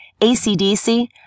ACDC